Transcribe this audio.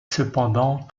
cependant